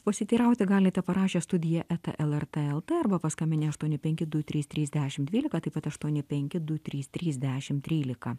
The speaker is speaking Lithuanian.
pasiteirauti galite parašę studija eta lrt lt arba paskambinę aštuoni penki du trys trys dešim dvylika taip pat aštuoni penki du trys trys dešim trylika